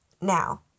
Now